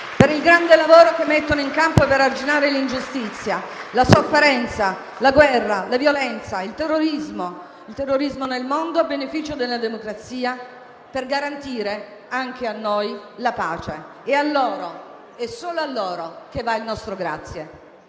per il grande lavoro che mettono in campo per arginare l'ingiustizia, la sofferenza, la guerra, la violenza, il terrorismo nel mondo a beneficio della democrazia, per garantire anche a noi la pace. È a loro, e solo a loro, che va il nostro grazie.